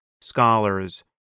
scholars